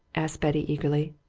asked betty eagerly.